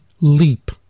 Leap